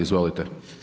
Izvolite.